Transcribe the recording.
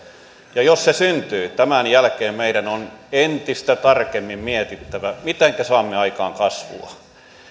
ja jos se syntyy tämän jälkeen meidän on entistä tarkemmin mietittävä mitenkä saamme aikaan kasvua